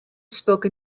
spoke